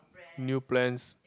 new plans